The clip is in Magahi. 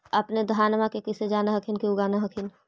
अपने धनमा के कैसे जान हखिन की उगा न हखिन?